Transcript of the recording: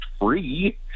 free